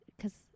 Cause